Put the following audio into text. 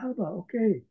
okay